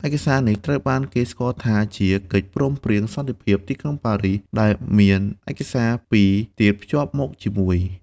ឯកសារនេះត្រូវបានគេស្គាល់ថាជាកិច្ចព្រមព្រៀងសន្តិភាពទីក្រុងប៉ារីស ដែលមានឯកសារពីរទៀតភ្ជាប់មកជាមួយ។